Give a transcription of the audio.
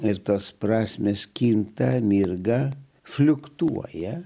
ir tos prasmės kinta mirga fliuktuoja